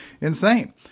insane